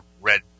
red